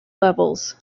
levels